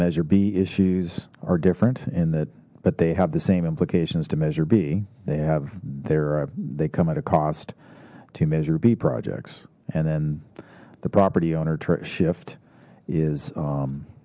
measure b issues are different in that but they have the same implications to measure b they have there they come at a cost to measure b projects and then the property owner tift is